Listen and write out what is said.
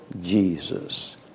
Jesus